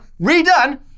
redone